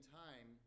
time